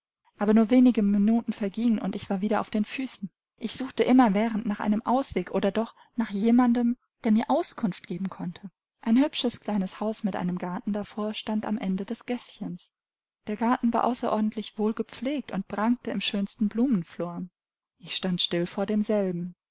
aber nur wenige minuten vergingen und ich war wieder auf den füßen ich suchte immerwährend nach einem ausweg oder doch nach jemandem der mir auskunft geben konnte ein hübsches kleines haus mit einem garten davor stand am ende des gäßchens der garten war außerordentlich wohl gepflegt und prangte im schönsten blumenflor ich stand still vor demselben